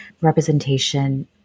representation